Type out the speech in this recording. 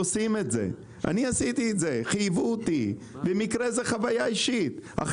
ההתעללות בייבוא האישי ממשיכה,